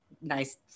nice